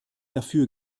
dafür